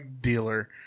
dealer